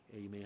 Amen